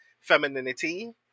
femininity